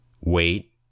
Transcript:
Wait